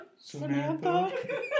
Samantha